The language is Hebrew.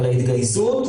על ההתגייסות,